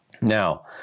Now